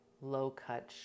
low-cut